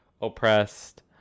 oppressed